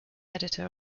editor